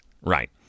Right